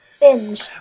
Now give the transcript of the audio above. binge